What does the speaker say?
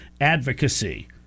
advocacy